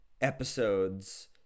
episodes